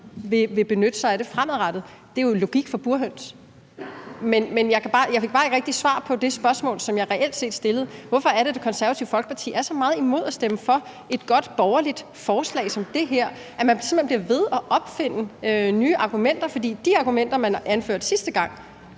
vil benytte sig af det fremadrettet. Det er jo logik for burhøns. Men jeg fik bare ikke rigtig svar på det spørgsmål, som jeg reelt set stillede: Hvorfor er det, Det Konservative Folkeparti er så meget imod at stemme for et godt, borgerligt forslag som det her, at man simpelt hen bliver ved med at opfinde nye argumenter? For de argumenter, man anførte sidste gang,